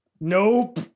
Nope